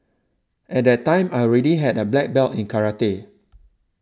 at that time I already had a black belt in karate